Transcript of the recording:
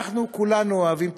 אנחנו כולנו אוהבים תחרות,